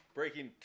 Breaking